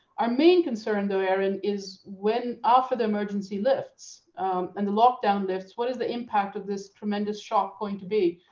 our main concern though, aaron, is when after the emergency lifts and the lockdown lifts, what is the impact of this tremendous shock going to be?